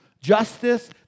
justice